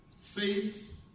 Faith